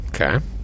Okay